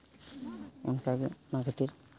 ᱚᱱᱠᱟᱜᱮ ᱚᱱᱟ ᱠᱷᱟᱹᱛᱤᱨ